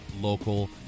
local